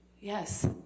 Yes